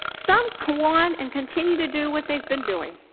some go on and continue to do what they've been doing.